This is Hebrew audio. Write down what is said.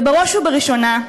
ובראש ובראשונה,